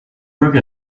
broke